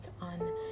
on